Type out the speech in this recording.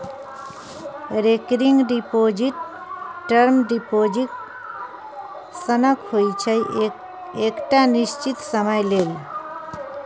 recurring deposit term deposit सनक होइ छै एकटा निश्चित समय लेल